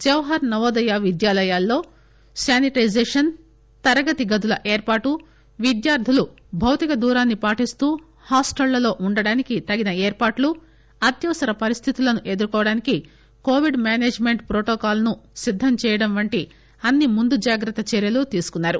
జవహర్ నవోదయ విద్యాలయాల్లో శానిటైజేషన్ తరగతి గదుల ఏర్పాటు విద్యార్థులు భౌతికదూరాన్సి పాటిస్తూ హాస్టళ్లలో ఉండటానికి తగిన ఏర్పాట్లు అత్యవసర పరిస్దితులను ఎదుర్కోవడానికి కోవిడ్ మేనేజ్ మెంట్ ప్రొటోకాల్ ను సిద్దంచేయడం వంటి అన్ని ముందుజాగ్రత్త చర్యలు తీసుకున్నారు